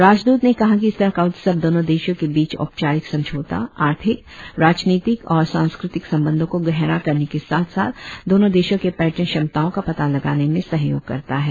राजदूत ने कहा कि इस तरह का उत्सव दोनों देशों के बीच औपचारिक समझौता आर्थिक राजनितिक और संस्कृतिक संबंधों को गहरा करने के साथ साथ दोनों देशों के पयर्टन क्षमताओं का पता लगाने में सहयोग करता है